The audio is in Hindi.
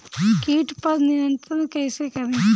कीट पर नियंत्रण कैसे करें?